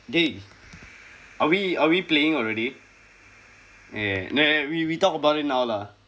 dey are we are we playing already eh then we we talk about it now lah